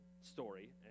story